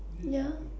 ya